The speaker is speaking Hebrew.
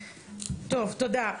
טוב, תודה.